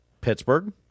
Pittsburgh